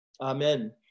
Amen